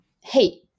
hey